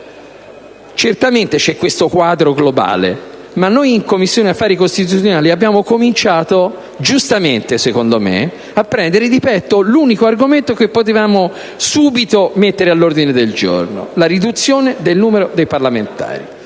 Certamente c'è questo quadro globale, ma noi in Commissione affari costituzionali abbiamo cominciato, giustamente, secondo me, a prendere di petto l'unico argomento che potevamo subito mettere all'ordine del giorno: la riduzione del numero dei parlamentari.